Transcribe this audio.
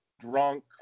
drunk